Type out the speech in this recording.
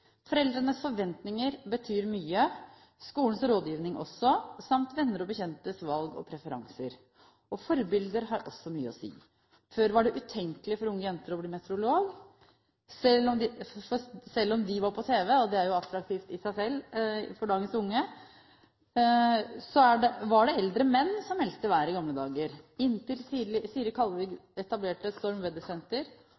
Foreldrenes forventninger betyr mye, skolens rådgivning også samt venner og bekjentes valg og preferanser. Forbilder har også mye å si. Før var det utenkelig for unge jenter å bli meteorolog, selv om meteorologer var på tv, og det er attraktivt i seg selv for unge mennesker. Det var eldre menn som meldte været i gamle dager, inntil Siri